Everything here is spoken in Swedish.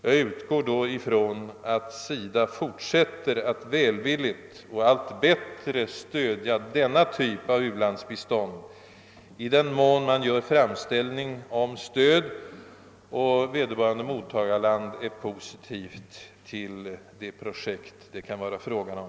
Jag utgår då från att SIDA fortsätter att välvil ligt och allt bättre stödja denna typ av u-landsbistånd, i den mån man gör framställning om stöd och vederbörande mottagarland är positivt till det projekt det kan vara fråga om.